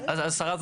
אז השרה,